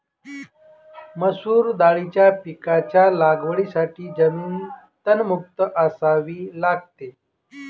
मसूर दाळीच्या पिकाच्या लागवडीसाठी जमीन तणमुक्त असावी लागते